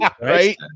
right